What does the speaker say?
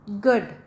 good